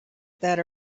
that